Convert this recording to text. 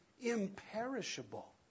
imperishable